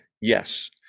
Yes